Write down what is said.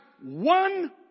one